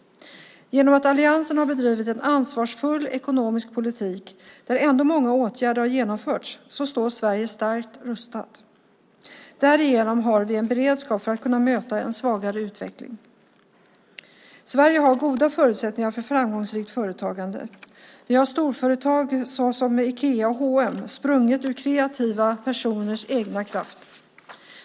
Genom att alliansen har bedrivit en ansvarsfull ekonomisk politik där många åtgärder ändå har genomförts står Sverige starkt rustat. Därigenom har vi en beredskap för att kunna möta en svagare utveckling. Sverige har goda förutsättningar för framgångsrikt företagande. Vi har storföretag såsom Ikea och H & M, sprungna ur kreativa personers egen kraft.